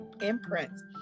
imprints